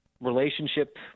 relationship